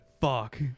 Fuck